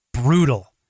Brutal